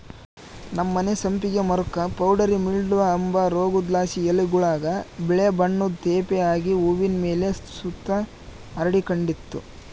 ನಮ್ಮನೆ ಸಂಪಿಗೆ ಮರುಕ್ಕ ಪೌಡರಿ ಮಿಲ್ಡ್ವ ಅಂಬ ರೋಗುದ್ಲಾಸಿ ಎಲೆಗುಳಾಗ ಬಿಳೇ ಬಣ್ಣುದ್ ತೇಪೆ ಆಗಿ ಹೂವಿನ್ ಮೇಲೆ ಸುತ ಹರಡಿಕಂಡಿತ್ತು